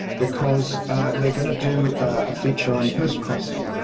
because they're going to do a feature on postcrossing,